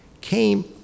came